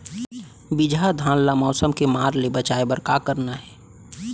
बिजहा धान ला मौसम के मार्च ले बचाए बर का करना है?